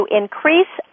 increase